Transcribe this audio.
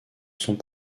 sont